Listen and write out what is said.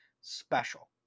special